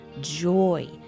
joy